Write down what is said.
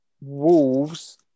Wolves